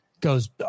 goes